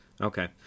Okay